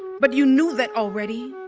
but you knew that already.